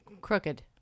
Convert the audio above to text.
Crooked